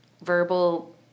verbal